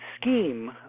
scheme